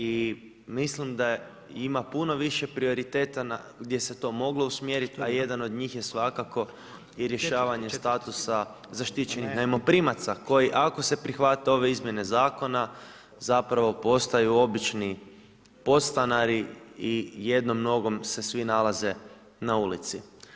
I mislim da ima puno više prioriteta gdje se to moglo usmjeriti, a jedan od njih je svakako i rješavanje statusa zaštićenih najmoprimaca, koji ako se prihvate ove izmjene zakona, zapravo postaju obični podstanari i jednom nogom se svi nalaze na ulici.